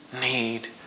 need